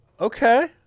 Okay